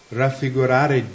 raffigurare